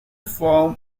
form